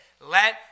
Let